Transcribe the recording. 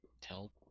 Tell